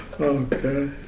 Okay